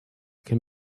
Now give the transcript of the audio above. can